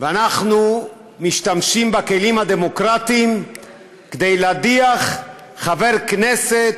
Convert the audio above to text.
ואנחנו משתמשים בכלים הדמוקרטיים כדי להדיח חבר כנסת,